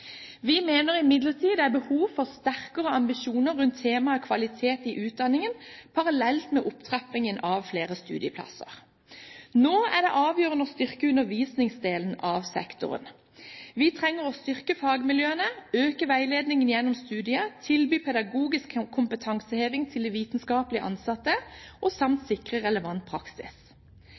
Vi mener imidlertid at det er behov for sterkere ambisjoner rundt temaet kvalitet i utdanningen parallelt med opptrapping av flere studieplasser. Nå er det avgjørende å styrke undervisningsdelen av sektoren. Vi trenger å styrke fagmiljøene, øke veiledningen gjennom studiet, tilby pedagogisk kompetanseheving til de vitenskaplig ansatte samt sikre relevant praksis.